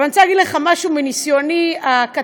אבל אני רוצה להגיד לך משהו מניסיוני הקטן,